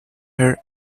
her